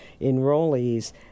enrollees